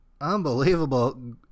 Unbelievable